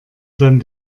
dann